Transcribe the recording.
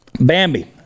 Bambi